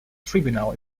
tribunal